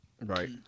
Right